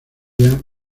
día